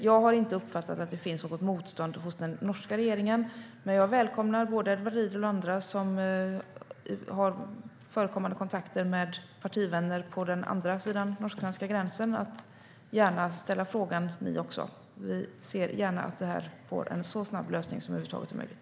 Jag har inte uppfattat att det finns något motstånd hos den norska regeringen. Men jag välkomnar både Edward Riedl och andra som har kontakter med partivänner på andra sidan den norsk-svenska gränsen att också ställa frågan. Vi ser gärna att det här får en så snabb lösning som det över huvud taget är möjligt.